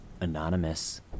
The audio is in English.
Anonymous